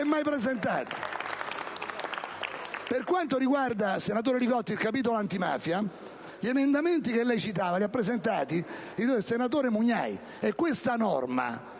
e Belisario).* Per quanto riguarda, senatore Li Gotti, il capitolo antimafia, gli emendamenti che le citava li ha presentati il senatore Mugnai. Questa norma